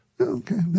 Okay